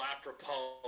apropos